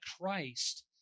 Christ